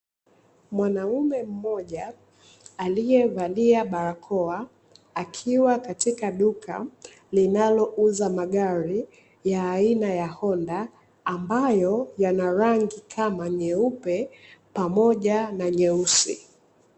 Mwanaume mmoja aliyevalia barakoa akiwa katika duka linalouza magari ya aina ya honda ambayo yana rangi kama meupe pamoja na nyeusi.